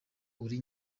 uri